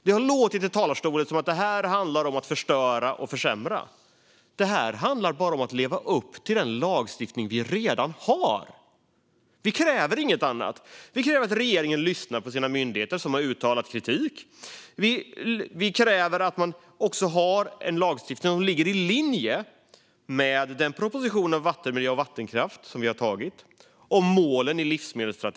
Det har låtit i talarstolen som att det handlar om att förstöra och försämra. Det handlar bara om att leva upp till den lagstiftning som vi redan har. Vi kräver inget annat. Vi kräver att regeringen lyssnar på sina myndigheter, som har uttalat kritik. Vi kräver också en lagstiftning som ligger i linje med den proposition om vattenmiljö och vattenkraft och de mål i livsmedelsstrategin som vi har beslutat om.